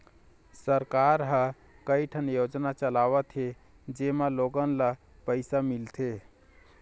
सरकार ह कइठन योजना चलावत हे जेमा लोगन ल पइसा मिलथे